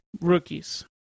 rookies